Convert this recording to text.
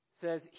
says